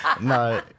no